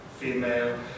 female